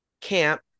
camp